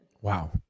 Wow